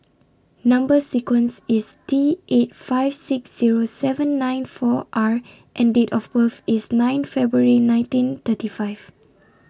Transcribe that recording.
Number sequence IS T eight five six Zero seven nine four R and Date of birth IS nine February nineteen thirty five